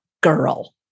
girl